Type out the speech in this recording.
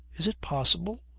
is it possible?